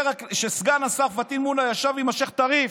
כשסגן השר מולא יושב עם השייח' טריף,